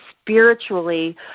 spiritually